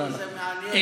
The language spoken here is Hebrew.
כי זה מעניין,